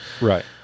Right